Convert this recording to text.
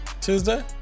tuesday